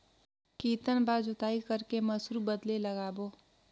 कितन बार जोताई कर के मसूर बदले लगाबो?